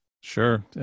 Sure